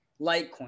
Litecoin